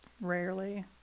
rarely